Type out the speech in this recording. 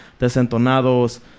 Desentonados